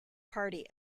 party